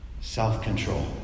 Self-control